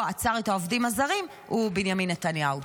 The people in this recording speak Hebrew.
עצר את העובדים הזרים הוא בנימין נתניהו.